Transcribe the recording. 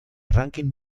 ranking